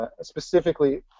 specifically